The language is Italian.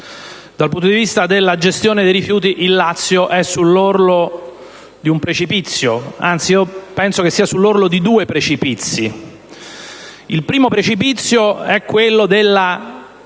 Dal punto di vista della gestione dei rifiuti, il Lazio è sull'orlo di un precipizio: anzi, penso sia sull'orlo di due precipizi. Il primo dipende